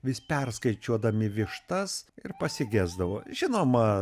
vis perskaičiuodami vištas pasigesdavo žinoma